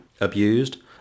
abused